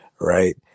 right